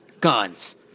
guns